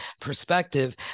perspective